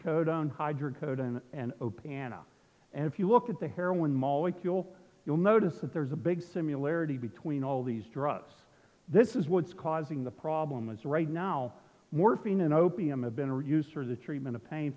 opana and if you look at the heroin molecule you'll notice that there's a big simular t between all these drugs this is what's causing the problem is right now morphine and opium have been or used for the treatment of pain